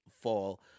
fall